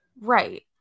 Right